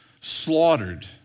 slaughtered